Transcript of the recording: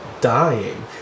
dying